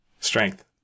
Strength